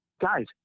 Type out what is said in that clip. guys